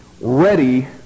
ready